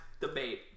debate